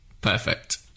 Perfect